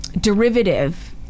derivative